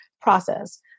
process